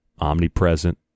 Omnipresent